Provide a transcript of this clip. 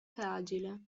fragile